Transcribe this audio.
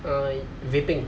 uh vaping